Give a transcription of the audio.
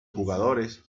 jugadores